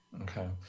Okay